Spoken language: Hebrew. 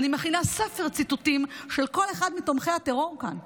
אני מכינה ספר ציטוטים של כל אחד מתומכי הטרור כאן.